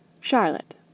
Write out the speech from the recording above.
Charlotte